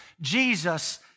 Jesus